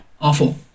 Awful